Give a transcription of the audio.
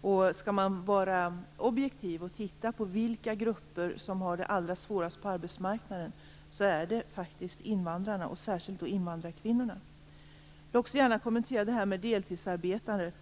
Om man skall vara objektiv och se på vilka grupper som har det allra svårast på arbetsmarknaden är det faktiskt invandrarna och särskilt invandrarkvinnorna. Jag vill också gärna kommentera det som sades om deltidsarbetare.